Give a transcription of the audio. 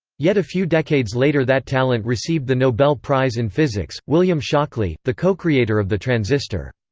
yet a few decades later that talent received the nobel prize in physics william shockley, the cocreator of the transistor.